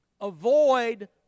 avoid